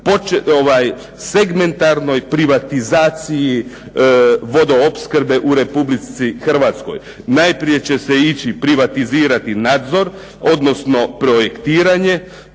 segmentiranoj privatizaciji vodoopskrbe u Republici Hrvatskoj. Najprije će se ići privatizirati nadzor, odnosno projektiranje.